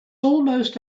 almost